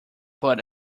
but